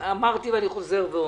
אמרתי, ואני חוזר ואומר: